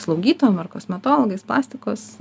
slaugytojom ar kosmetologais plastikos